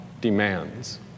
demands